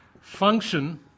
function